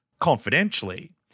confidentially